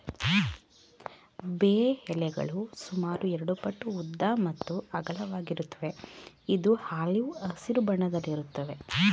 ಬೇ ಎಲೆಗಳು ಸುಮಾರು ಎರಡುಪಟ್ಟು ಉದ್ದ ಮತ್ತು ಅಗಲವಾಗಿರುತ್ವೆ ಇದು ಆಲಿವ್ ಹಸಿರು ಬಣ್ಣದಲ್ಲಿರುತ್ವೆ